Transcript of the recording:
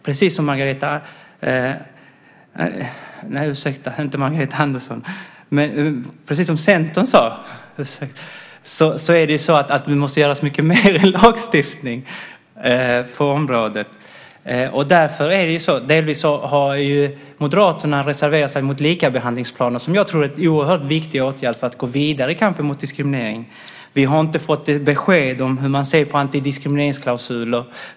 Precis som Centern sade måste det göras mycket mer i lagstiftning på området. Moderaterna har reserverat sig mot likabehandlingsplaner som jag tror är en oerhört viktig åtgärd för att gå vidare i kampen mot diskriminering. Vi har inte fått besked om hur man ser på antidiskrimineringsklausuler.